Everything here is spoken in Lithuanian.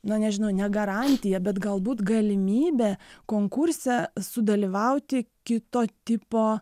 na nežinau ne garantija bet galbūt galimybė konkurse sudalyvauti kito tipo